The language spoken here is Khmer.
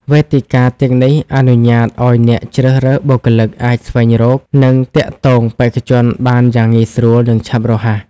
វេទិកាទាំងនេះអនុញ្ញាតឲ្យអ្នកជ្រើសរើសបុគ្គលិកអាចស្វែងរក និងទាក់ទងបេក្ខជនបានយ៉ាងងាយស្រួល និងឆាប់រហ័ស។